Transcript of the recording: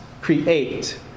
create